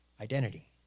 identity